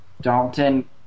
Dalton